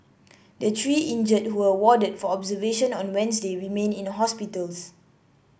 the three injured who were warded for observation on Wednesday remain in hospitals